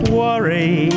worry